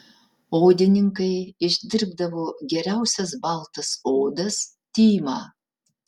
odininkai išdirbdavo geriausias baltas odas tymą